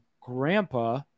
grandpa